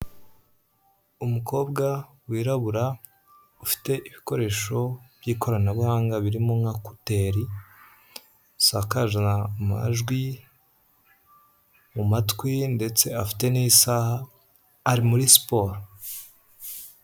Uwirabura ufite ibikoresho by'ikoranabuhanga birimo nka kuteri sakazamajwi mu matwi ndetse afite n'isaha ari muri siporo.